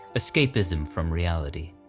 escapism from reality.